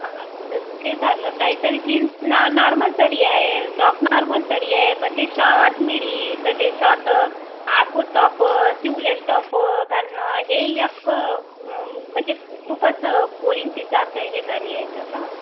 हां हां तर ते झालं काहीतरी जीन्स ना नॉर्मल तरी आहे टॉप नॉर्मल तरी आहे पण ते शॉर्ट मिडी तर ते शॉर्ट आखूड टॉपं सिवलेस टॉपं घालणं हे एक म्हणजे खूपच पोरींची जात हे झाली आहेत आता